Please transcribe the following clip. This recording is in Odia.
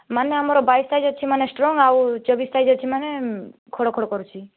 ମାନେ ଆମର ବାଇଶ ସାଇଜ୍ ଅଛି ମାନେ ଷ୍ଟ୍ରଙ୍ଗ ଆଉ ଚବିଶ ସାଇଜ୍ ଅଛି ମାନେ ଖଡ଼ ଖଡ଼ କରୁଛି